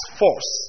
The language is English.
force